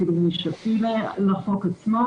אפילו --- לחוק עצמו